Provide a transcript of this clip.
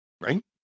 Right